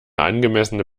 angemessene